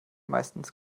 meistens